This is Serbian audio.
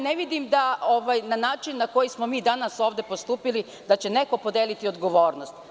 Ne vidim, na način na koji smo mi danas ovde postupili, da će neko podeliti odgovornost.